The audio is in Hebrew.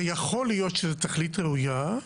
ויכול להיות שזה תכלית ראויה.